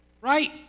Right